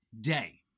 day